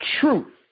truth